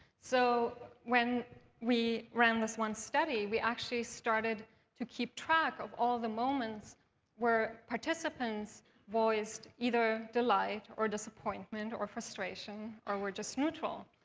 so when we ran this one study, we actually started to keep track of all the moments where participants voiced either delight or disappointment or frustration or were just neutral.